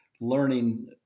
learning